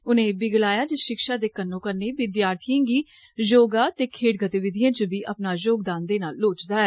उनें ऐ बी गलाया जे षिक्षा दे कन्नोकन्नी विद्यार्थियें गी योगा ते खेड़ गतिविधियें च बी अपना योगदान देना लोड़चदा ऐ